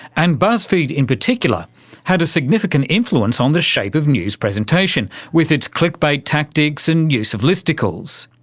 and buzzfeed in particular had a significant influence on the shape of news presentation, with its clickbait tactics and use of listicles.